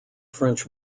french